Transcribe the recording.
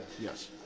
Yes